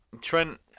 Trent